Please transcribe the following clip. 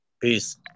peace